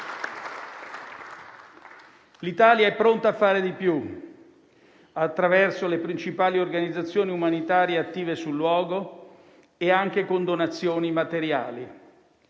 L'Italia è pronta a fare di più, attraverso le principali organizzazioni umanitarie attive sul luogo e anche con donazioni materiali.